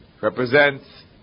represents